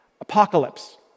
apocalypse